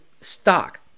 stock